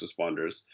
responders